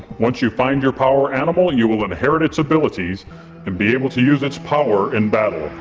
once you find your power animal, and you will inherit its abilities and be able to use its power in battle.